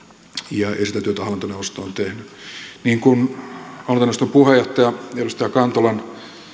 ja sitä työtä hallintoneuvosto on tehnyt niin kuin hallintoneuvoston puheenjohtaja edustaja kantolan